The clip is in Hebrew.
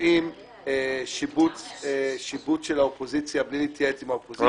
קובעים שיבוץ של האופוזיציה בלי להתייעץ עם האופוזיציה.